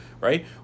right